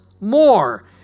more